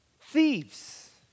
Thieves